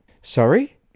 Sorry